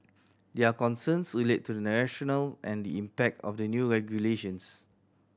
their concerns relate to the rationale and the impact of the new regulations